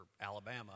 Alabama